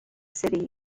city